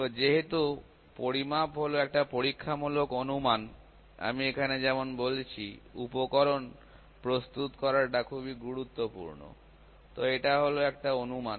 তো যেহেতু পরিমাপ হলো একটি পরীক্ষামূলক অনুমান আমি এখানে যেমন বলেছি উপকরণ প্রস্তুত করাটা খুবই গুরুত্বপূর্ণ তো এটা হল একটা অনুমান